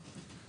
נכון.